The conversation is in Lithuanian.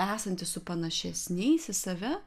esanti su panašesniais į save